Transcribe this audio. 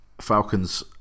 Falcons